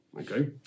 okay